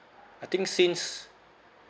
I think since